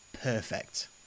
perfect